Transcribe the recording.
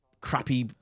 crappy